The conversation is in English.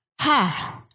Ha